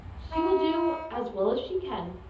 she will do as well as she can,